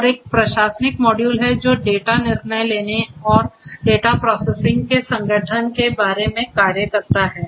और एक प्रशासनिक मॉड्यूल है जो डेटा निर्णय लेने और डेटा प्रोसेसिंग के संगठन के बारे में कार्य करता है